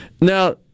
Now